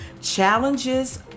Challenges